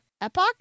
Epoch